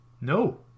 No